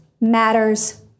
matters